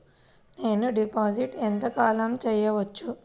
నేను డిపాజిట్ ఎంత కాలం చెయ్యవచ్చు?